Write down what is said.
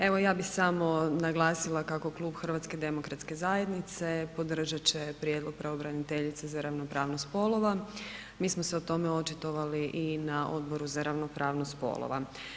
Evo, ja bih samo naglasila kako Klub HDZ-a podržat će prijedlog pravobraniteljice za ravnopravnost spolova, mi smo se o tome očitovali i na Odboru za ravnopravnost spolova.